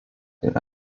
yra